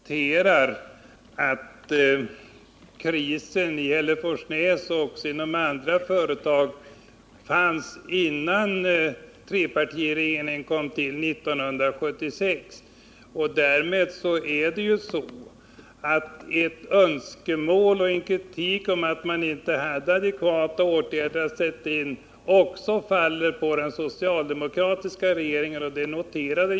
Herr talman! Jag bara noterar att krisen också inom företag i Hälleforsnäs existerade redan innan trepartiregeringen kom till 1976. En kritik mot att man inte hade adekvata åtgärder att sätta in faller alltså även på den socialdemokratiska regeringen.